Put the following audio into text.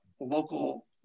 local